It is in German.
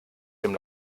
dem